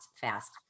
fast